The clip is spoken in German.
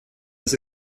das